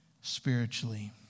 spiritually